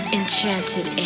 enchanted